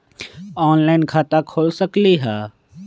Online खाता खोल सकलीह?